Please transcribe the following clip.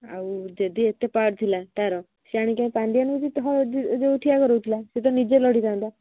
ଆଉ ଯଦି ଏତେ ପାୱାର ଥିଲା ତାର ସେ ଆଣିକି ପାଣ୍ଡିଆ ଆଣି ତ ଯୋଉ ଠିଆ କରଉଥିଲା ସେ ତ ନିଜେ ଲଢ଼ିଥାାନ୍ତା